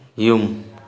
ꯌꯨꯝ